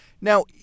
Now